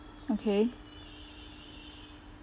okay